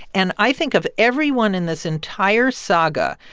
and i think of everyone in this entire saga,